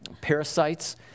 parasites